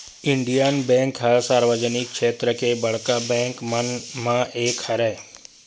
Indian bank ह सार्वजनिक छेत्र के बड़का बेंक मन म एक हरय